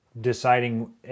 deciding